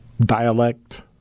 dialect